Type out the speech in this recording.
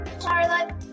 Charlotte